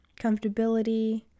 comfortability